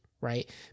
right